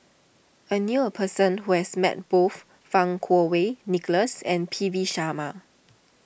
I knew a person who has met both Fang Kuo Wei Nicholas and P V Sharma